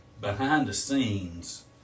behind-the-scenes